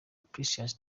precious